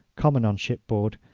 common on shipboard,